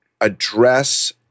address